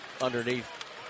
underneath